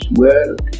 world